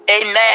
Amen